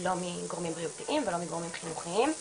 לא מגורמים בריאותיים ולא מגורמים חינוכיים.